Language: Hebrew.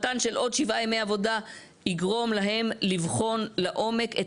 מתן של עוד שבעה ימי עבודה יגרום להם לבחון לעומק את